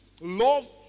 Love